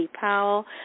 Powell